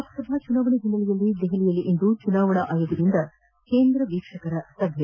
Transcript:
ಲೋಕಸಭಾ ಚುನಾವಣೆಯ ಹಿನ್ನೆಲೆಯಲ್ಲಿ ದೆಹಲಿಯಲ್ಲಿಂದು ಚುನಾವಣಾ ಆಯೋಗದಿಂದ ಕೇಂದ್ರ ವೀಕ್ವಕರುಗಳ ಸಭೆ